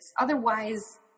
Otherwise